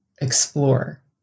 explore